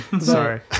Sorry